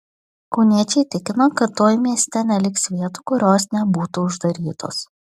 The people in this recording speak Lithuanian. kauniečiai tikino kad tuoj mieste neliks vietų kurios nebūtų uždarytos